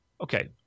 okay